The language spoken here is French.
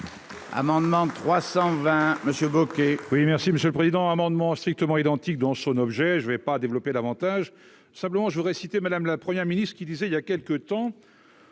Amendement 320 Monsieur Bocquet. Oui, merci Monsieur le Président, amendement strictement identiques dans son objet, je ne vais pas développer davantage, simplement je voudrais citer Madame la première ministre qui disait il y a quelques temps